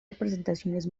representaciones